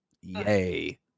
Yay